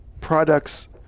products